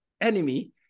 enemy